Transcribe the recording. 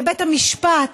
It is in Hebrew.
לבית המשפט,